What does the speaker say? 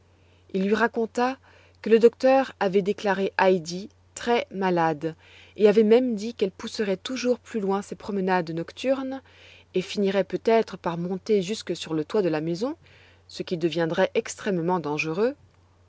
il lui raconta que le docteur avait déclaré heidi très malade et avait même dit qu'elle pousserait toujours plus loin ses promenades nocturnes et finirait peut-être par monter jusque sur le toit de la maison ce qui deviendrait extrêmement dangereux